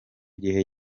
gihe